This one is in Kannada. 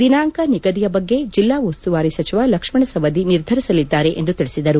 ದಿನಾಂಕ ನಿಗದಿಯ ಬಗ್ಗೆ ಜಿಲ್ಲಾ ಉಸ್ತುವಾರಿ ಸಚಿವ ಲಕ್ಷ್ಮಣ ಸವದಿ ನಿರ್ಧರಿಸಲಿದ್ದಾರೆ ಎಂದು ತಿಳಿಸಿದರು